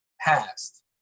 past